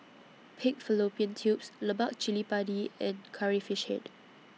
Pig Fallopian Tubes Lemak Cili Padi and Curry Fish Head